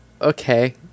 Okay